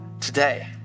today